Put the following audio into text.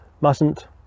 mustn't